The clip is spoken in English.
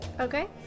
Okay